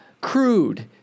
crude